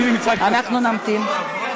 אנחנו נמתין.